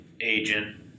agent